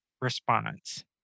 response